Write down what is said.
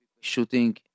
shooting